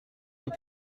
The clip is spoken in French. nous